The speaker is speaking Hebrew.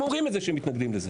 הם אומרים את זה שהם מתנגדים לזה,